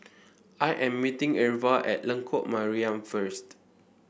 I am meeting Irva at Lengkok Mariam first